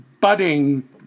Budding